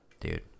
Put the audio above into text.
dude